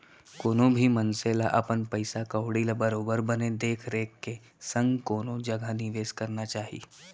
कोनो भी मनसे ल अपन पइसा कउड़ी ल बरोबर बने देख रेख के संग कोनो जघा निवेस करना चाही